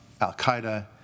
Al-Qaeda